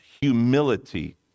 humility